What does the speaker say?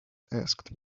asked